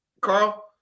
Carl